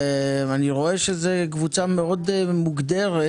ואני רואה שזו קבוצה מאוד מוגדרת